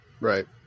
Right